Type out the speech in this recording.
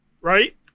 right